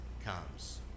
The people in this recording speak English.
comes